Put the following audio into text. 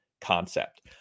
concept